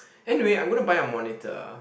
anyway I'm going to buy a monitor